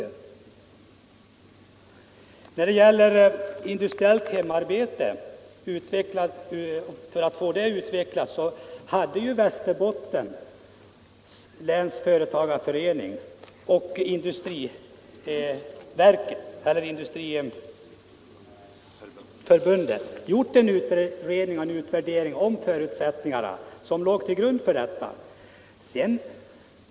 För att få industriellt hemarbete utvecklat hade Västernorrlands läns företagareförening och Industriförbundet gjort en utredning och en utvärdering av förutsättningarna, som låg till grund för framställningen.